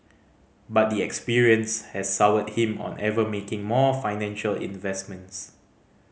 but the experience has soured him on ever making more financial investments